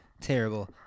terrible